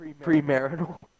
Pre-marital